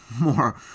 more